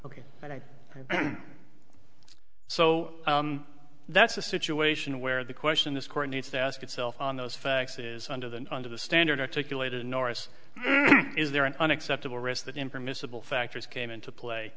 so that's a situation where the question this court needs to ask itself on those facts is under the under the standard articulated norris is there an unacceptable risk that impermissible factors came into play